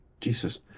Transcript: Jesus